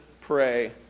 pray